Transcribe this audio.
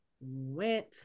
went